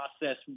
process